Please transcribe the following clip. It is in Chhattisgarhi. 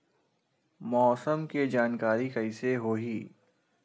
मौसम के जानकारी कइसे होही?